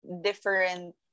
different